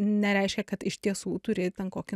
nereiškia kad iš tiesų turi ten kokį